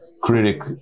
critic